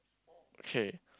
okay